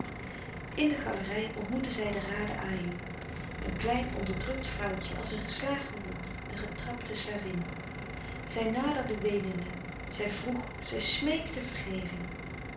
in de galerij ontmoetten zij de raden ajoe een klein onderdrukt vrouwtje als een geslagen hond een getrapte slavin zij naderde weenende zij vroeg zij smeekte vergeving